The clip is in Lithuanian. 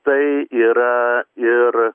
tai yra ir